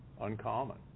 uncommon